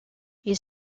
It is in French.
ils